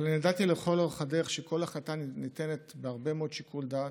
אבל אני ידעתי לכל אורך הדרך שכל החלטה ניתנת בהרבה מאוד שיקול דעת,